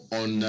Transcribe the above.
on